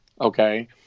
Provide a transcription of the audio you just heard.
Okay